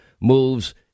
moves